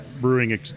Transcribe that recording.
brewing